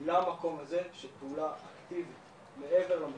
למקום הזה של פעולה אקטיבית מעבר למחאות,